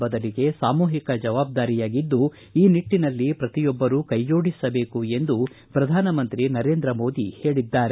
ಬದಲಿಗೆ ಸಾಮೂಹಿಕ ಜವಾಬ್ದಾರಿಯಾಗಿದ್ದು ಈ ನಿಟ್ಟನಲ್ಲಿ ಪ್ರತಿಯೊಬ್ಬರೂ ಕೈಜೋಡಿಸಬೇಕು ಎಂದು ಪ್ರಧಾನ ಮಂತ್ರಿ ನರೇಂದ್ರ ಮೋದಿ ಹೇಳಿದ್ದಾರೆ